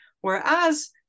Whereas